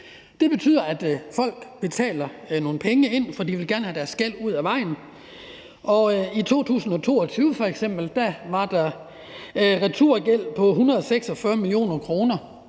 Det betyder, at folk betaler nogle penge ind, for de vil gerne have deres gæld af vejen, og i 2022 f.eks. var der returgæld på 146 mio. kr.